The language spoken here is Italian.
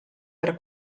per